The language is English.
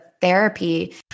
therapy